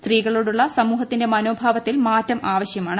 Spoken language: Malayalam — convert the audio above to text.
സ്ത്രീകളോടുള്ള സമൂഹത്തിന്റെ മനോഭാവത്തിൽ മാറ്റം ആവശ്യമാണ്